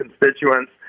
constituents